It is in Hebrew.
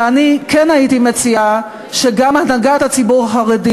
ואני כן הייתי מציעה שגם הנהגת הציבור החרדי,